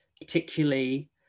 particularly